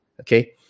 Okay